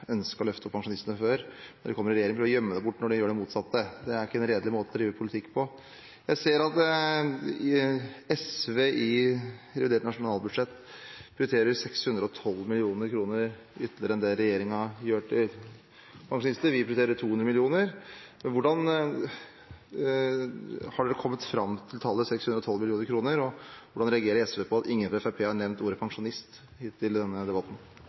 ønsket å løfte fram pensjonistene før, prøver å gjemme det bort ved å gjøre det motsatte når de kommer i regjering. Det er ikke en redelig måte å drive politikk på. Jeg ser at SV i sitt reviderte nasjonalbudsjett prioriterer 612 mill. kr mer enn det regjeringen gjør til pensjonistene. Vi prioriterer 200 mill. kr. Hvordan har dere kommet fram til tallet 612 mill. kr? Og hvordan reagerer SV på at ingen fra Fremskrittspartiet har nevnt ordet «pensjonist» hittil i denne debatten?